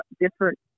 different